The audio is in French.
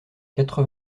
quatre